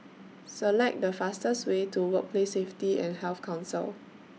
Select The fastest Way to Workplace Safety and Health Council